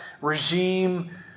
regime